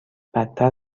بدتر